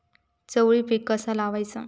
चवळी पीक कसा लावचा?